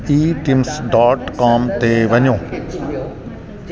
eTimes dot com ते वञो